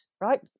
right